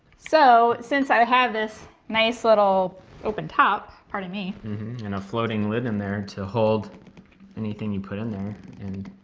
so since i have this nice little open top, pardon me. and a floating lid in there to hold anything you put in there and